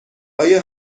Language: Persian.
آیا